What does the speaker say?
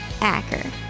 Acker